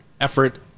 effort